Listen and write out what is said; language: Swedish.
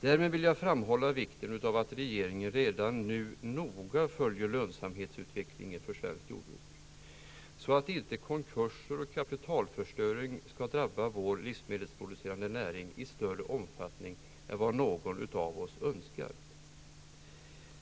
Därmed vill jag framhålla vikten av att regeringen redan nu noga följer lönsamhetsutvecklingen i svenskt jordbruk, så att inte konkurser och kapitalförstöring skall drabba vår livsmedelsproducerande näring i större omfattning än vad någon av oss önskar.